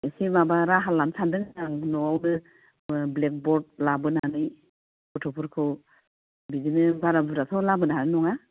एसे माबा राहा लानो सानदों आं न'आवबो ब्लेकबर्ड लाबोनानै गथ'फोरखौ बिदिनो बारा बुरजाथ' लाबोनो हानाय नङा